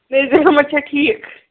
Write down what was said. نذیٖر احمد چھا ٹھیٖک